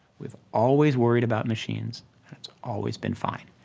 we've always worried about machines, and it's always been fine.